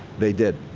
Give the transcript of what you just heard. they did.